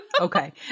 Okay